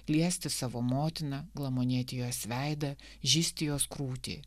liesti savo motiną glamonėti jos veidą žįsti jos krūtį